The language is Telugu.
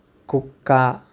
కుక్క